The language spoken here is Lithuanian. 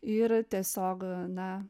ir tiesiog na